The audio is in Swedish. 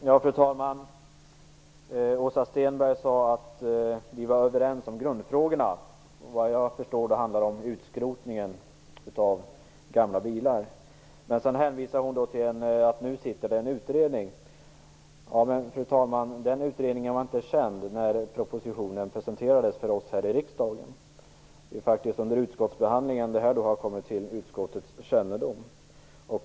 Fru talman! Åsa Stenberg sade att vi var överens i grundfrågorna. Vad jag förstår handlar de om utskrotningen av gamla bilar. Sedan hänvisar hon till att en utredning är tillsatt. Fru talman! Den utredningen var inte känd när propositionen presenterades för oss här i riksdagen. Det är faktiskt under utskottsbehandlingen som den har kommit till utskottets kännedom.